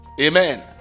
Amen